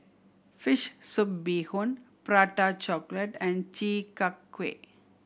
fish soup bee hoon Prata Chocolate and Chi Kak Kuih